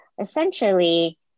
essentially